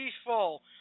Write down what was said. peaceful